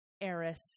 heiress